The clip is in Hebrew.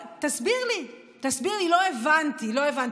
תסביר לי, תסביר לי, לא הבנתי, לא הבנתי.